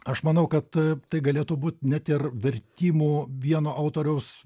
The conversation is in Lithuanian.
aš manau kad tai galėtų būt net ir vertimų vieno autoriaus